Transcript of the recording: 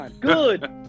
Good